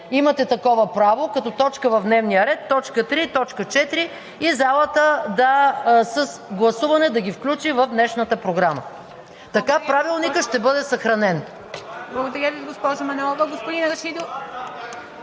имате такова право, като точка в дневния ред точка три и точка четири и с гласуване залата да ги включи в днешната програма. Така Правилникът ще бъде съхранен.